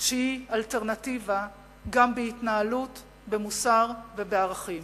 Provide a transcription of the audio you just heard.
שהיא אלטרנטיבה גם בהתנהלות, במוסר וערכים.